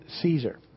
Caesar